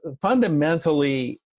fundamentally